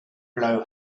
blow